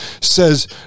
says